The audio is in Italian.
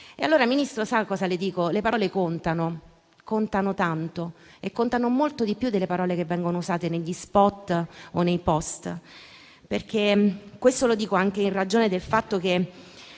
Allora, Ministro, sa cosa le dico? Le parole contano tanto e contano molto di più di quelle che vengono usate negli *spot* o nei *post*. Questo lo dico anche in ragione del fatto che